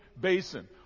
basin